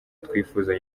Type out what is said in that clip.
twifuza